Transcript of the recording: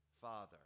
Father